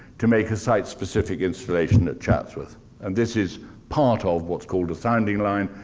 to make a site specific installation at chatsworth and this is part of what's called a sounding line.